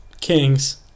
Kings